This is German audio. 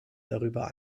darüber